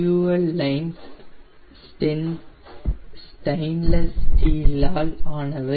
fuel lines stainless steel ஆல் ஆனவை